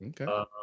Okay